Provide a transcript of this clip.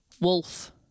Wolf